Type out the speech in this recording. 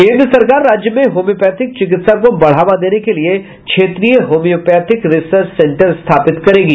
केंद्र सरकार राज्य में होमियोपैथिक चिकित्सा को बढ़वा देने के लिये क्षेत्रीय होमियोपैथिक रिसर्च सेंटर स्थापित करेगा